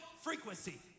frequency